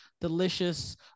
delicious